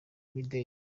mideli